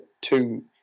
two